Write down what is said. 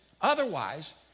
Otherwise